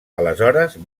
aleshores